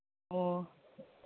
ꯑꯣ